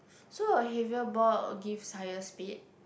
so a heavier ball will gives higher speed